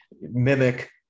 mimic